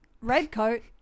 Redcoat